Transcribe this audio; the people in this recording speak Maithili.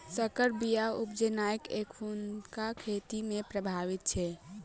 सँकर बीया उपजेनाइ एखुनका खेती मे प्रभावी छै